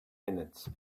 minutes